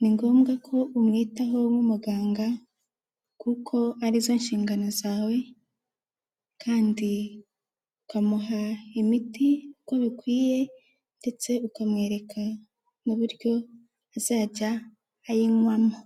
ni ngombwa ko umwitaho nk'umuganga kuko ari zo nshingano zawe kandi ukamuha imiti uko bikwiye ndetse ukamwereka n'uburyo azajya ayinywamo.